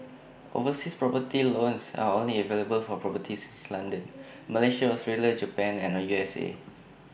overseas property loans are only available for properties in London Malaysia Australia Japan and U S A